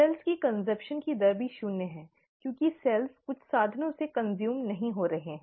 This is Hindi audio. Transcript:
सेल्स की खपत की दर भी शून्य है क्योंकि सेल्स कुछ साधनों से उपभोग नहीं हो रहे हैं